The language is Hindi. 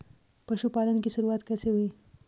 पशुपालन की शुरुआत कैसे हुई?